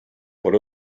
por